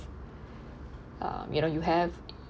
uh you know you have